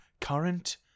current